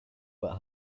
but